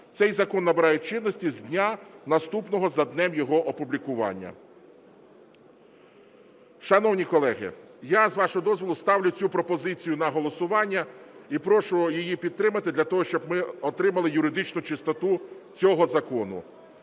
"Цей закон набирає чинності з дня, наступного за днем його опублікування". Шановні колеги, я, з вашого дозволу, ставлю цю пропозицію на голосування і прошу її підтримати для того, щоб ми отримали юридичну чистоту цього закону.